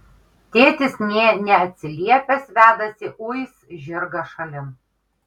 tėtis nė neatsiliepęs vedasi uis žirgą šalin